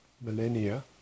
millennia